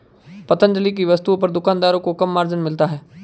पतंजलि की वस्तुओं पर दुकानदारों को कम मार्जिन मिलता है